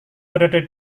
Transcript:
berada